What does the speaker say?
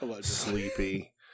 sleepy